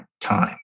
time